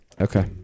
Okay